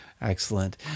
Excellent